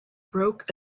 broke